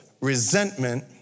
Resentment